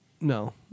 No